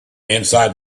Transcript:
inside